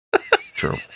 True